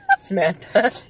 Samantha